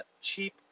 cheap